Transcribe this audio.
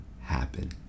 happen